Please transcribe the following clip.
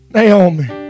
Naomi